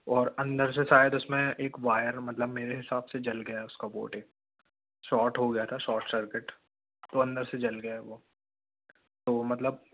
और अंदर से शायद उस में एक वायर मतलब मेरे हिसाब से जल गया है उसका बोर्ड एक शॉर्ट हो गया था शॉर्ट सर्किट वो अंदर से जल गया है वो तो मतलब